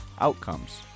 outcomes